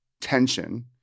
tension